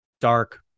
dark